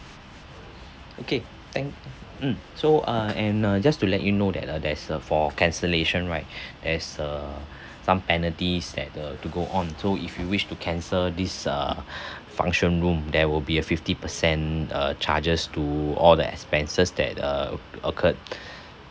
okay thank mm so uh and uh just to let you know that uh there's a for cancellation right there's a some penalties that the to go on so if you wish to cancel this uh function room there will be a fifty percent uh charges to all the expenses that uh oc~ occurred